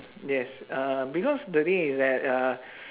yes uh because the thing is that uh